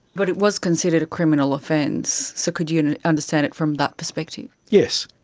but it was considered a criminal offence. so could you understand it from that perspective? yes.